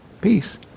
peace